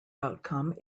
outcome